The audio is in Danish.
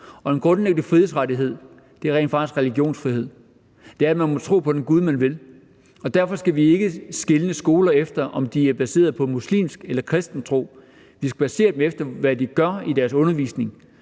og en grundlæggende frihedsrettighed er rent faktisk religionsfrihed; det er, at man må tro på den gud, man vil. Derfor skal vi ikke skelne mellem skoler, alt efter om de er baseret på muslimsk eller kristen tro. Vi skal basere det på, hvad de gør i deres undervisning,